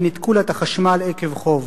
כי ניתקו לה את החשמל עקב חוב.